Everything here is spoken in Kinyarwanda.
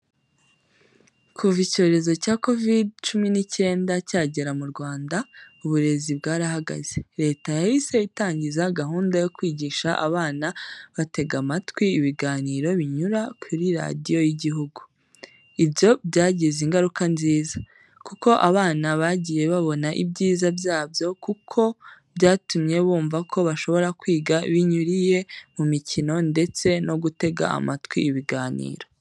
Kuva icyorezo cya kovide cumi n'icyenda cyagera mu Rwanda, uburezi bwarahagaze. Leta yahise itangiza gahunda yo kwigisha abana batega amatwi ibiganiro binyura kuri radiyo y'igihugu. Ibyo byagize ingaruka nziza, kuko abana bagiye babona ibyiza byabyo kuko byatumye bumva ko bashobora kwiga binyuriye mu imikino ndetse no gutega amatwi ibiganiro.